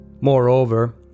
Moreover